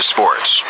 Sports